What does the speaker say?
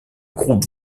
groupe